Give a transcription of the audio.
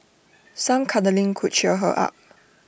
some cuddling could cheer her up